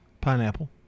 Pineapple